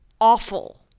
awful